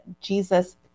Jesus